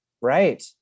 Right